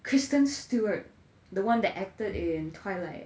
kristen stewart the one that acted in twilight